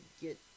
get